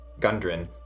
Gundren